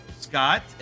Scott